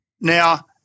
Now